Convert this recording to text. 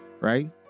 right